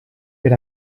per